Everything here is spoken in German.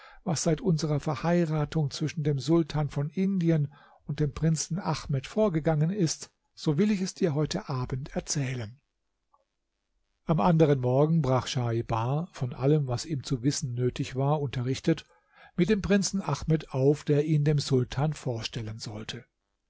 was seit unserer verheiratung zwischen dem sultan von indien und dem prinzen ahmed vorgegangen ist so will ich es dir heute abend erzählen am anderen morgen brach schaibar von allem was ihm zu wissen nötig war unterrichtet mit dem prinzen ahmed auf der ihn dem sultan vorstellten sollte